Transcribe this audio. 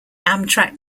amtrak